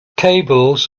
cables